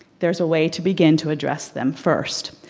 there's a way to begin to address them. first,